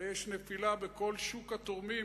יש נפילה בכל שוק התורמים,